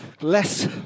less